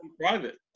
private